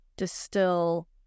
Distill